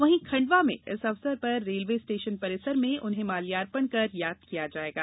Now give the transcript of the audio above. वही खंडवा में इस अवसर पर रेलवे स्टेशन परिसर में उन्हें माल्यार्पण कर याद किया जायेगा